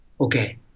okay